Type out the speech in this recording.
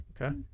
Okay